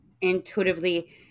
intuitively